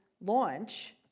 launch